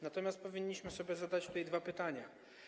Natomiast powinniśmy sobie zadać dwa pytania.